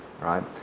right